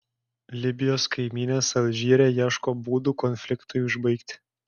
libijos kaimynės alžyre ieško būdų konfliktui užbaigti